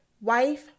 wife